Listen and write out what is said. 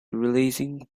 releasing